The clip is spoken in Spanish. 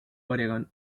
oregon